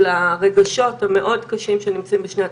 הרגשות המאוד-קשות שנמצאות בשני הצדדים.